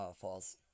false